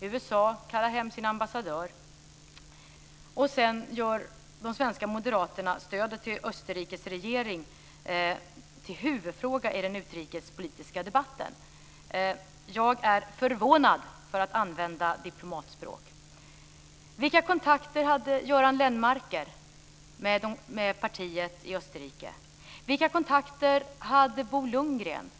USA kallar hem sin ambassadör. Sedan gör de svenska moderaterna stödet till Österrikes regering till huvudfråga i den utrikespolitiska debatten. Jag är förvånad, för att använda diplomatspråk. Vilka kontakter hade Göran Lennmarker med partiet i Österrike? Vilka kontakter hade Bo Lundgren